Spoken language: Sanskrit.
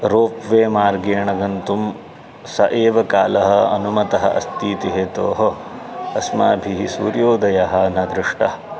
रोप् वे मार्गेण गन्तुं स एव कालः अनुमतः अस्ति इति हेतोः अस्माभिः सूर्योदयः न दृष्टः